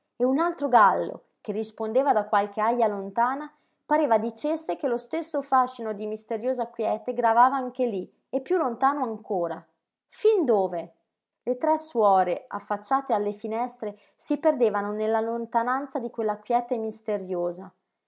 e un altro gallo che rispondeva da qualche aja lontana pareva dicesse che lo stesso fascino di misteriosa quiete gravava anche lí e piú lontano ancora fin dove le tre suore affacciate alle finestre si perdevano nella lontananza di quella quiete misteriosa